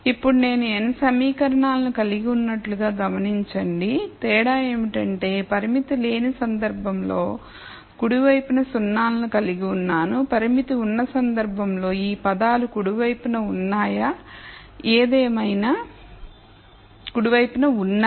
ఇప్పుడు నేను n సమీకరణాలను కలిగి ఉన్నట్లుగా గమనించండితేడా ఏమిటంటే పరిమితి లేని సందర్భంలో కుడి వైపున సున్నాలను కలిగి ఉన్నాను పరిమితి ఉన్నసందర్భంలో ఈ పదాలు కుడి వైపున ఉన్నాయి